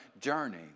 journey